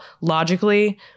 logically